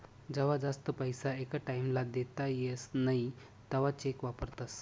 जवा जास्त पैसा एका टाईम ला देता येस नई तवा चेक वापरतस